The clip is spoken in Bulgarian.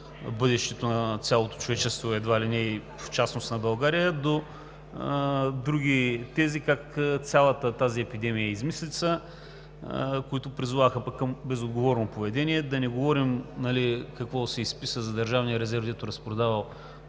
бъдещето на цялото човечество, и в частност на България, едва ли не, до други тези как цялата тази епидемия е измислица и които призоваваха пък към безотговорно поведение. Да не говорим какво се изписа за Държавния резерв, дето разпродавал